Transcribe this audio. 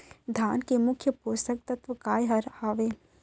धान के मुख्य पोसक तत्व काय हर हावे?